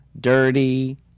dirty